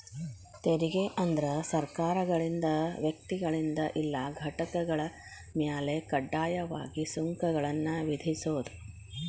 ತೆರಿಗೆ ಅಂದ್ರ ಸರ್ಕಾರಗಳಿಂದ ವ್ಯಕ್ತಿಗಳ ಇಲ್ಲಾ ಘಟಕಗಳ ಮ್ಯಾಲೆ ಕಡ್ಡಾಯವಾಗಿ ಸುಂಕಗಳನ್ನ ವಿಧಿಸೋದ್